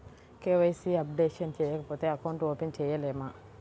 KYC updation చేయకపోతే account open చేయలేమా?